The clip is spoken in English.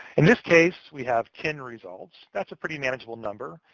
in this case, we have ten results. that's a pretty manageable number.